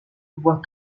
voire